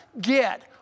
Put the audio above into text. get